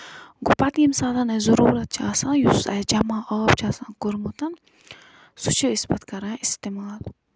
گوٚو پَتہٕ ییٚمہِ ساتَن اَسہِ ضروٗرت چھِ آسان یُس اَسہِ جمع آب چھُ آسان کوٚرمُت سُہ چھِ أسۍ پَتہٕ کران اِستعمال